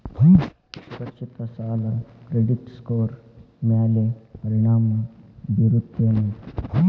ಸುರಕ್ಷಿತ ಸಾಲ credit score ಮ್ಯಾಲೆ ಪರಿಣಾಮ ಬೇರುತ್ತೇನ್